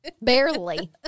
barely